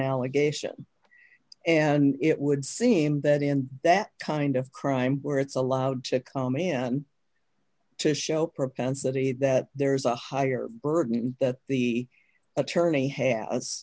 allegation and it would seem that in that kind of crime where it's allowed to come in to show propensity that there's a higher burden the attorney has